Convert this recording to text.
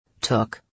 took